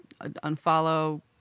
unfollow